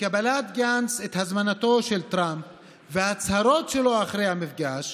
וקבלת גנץ את הזמנתו של טראמפ וההצהרות שלו אחרי המפגש,